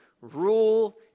Rule